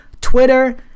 Twitter